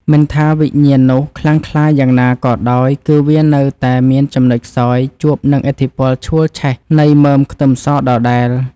មិនថាវិញ្ញាណនោះខ្លាំងក្លាយ៉ាងណាក៏ដោយគឺវានៅតែមានចំណុចខ្សោយជួបនឹងឥទ្ធិពលឆួលឆេះនៃមើមខ្ទឹមសដដែល។